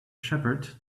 shepherd